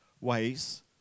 ways